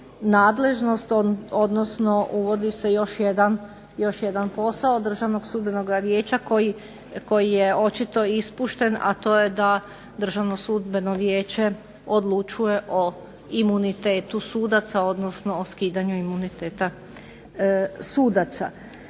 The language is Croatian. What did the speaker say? nadležnost, odnosno uvodi se još jedan posao Državno sudbenog vijeća koji je očito ispušten, a to je da Državno sudbeno vijeće odlučuje o imunitetu sudaca, odnosno o skidanju imuniteta sudaca.